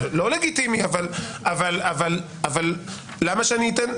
לא לגיטימי למה שאני אתן?